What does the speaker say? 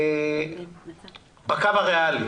בקו הריאלי.